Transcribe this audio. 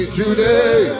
today